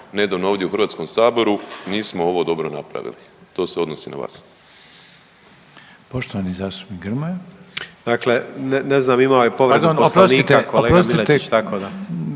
nedavno ovdje u Hrvatskom saboru, nismo ovo dobro napravili. To se odnosi na vas.